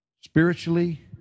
spiritually